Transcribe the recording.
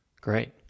Great